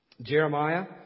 Jeremiah